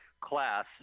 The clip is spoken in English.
Class